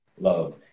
love